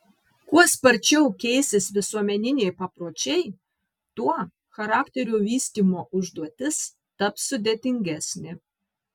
kuo sparčiau keisis visuomeniniai papročiai tuo charakterio vystymo užduotis taps sudėtingesnė